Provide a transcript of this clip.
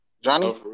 Johnny